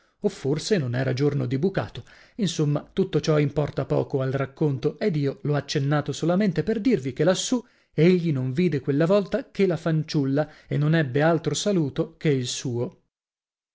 o forse non era giorno di bucato insomma tutto ciò importa poco al racconto ed io l'ho accennato solamente per dirvi che lassù egli non vide quella volta che la fanciulla e non ebbe altro saluto che il suo